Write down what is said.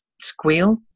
squeal